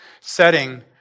setting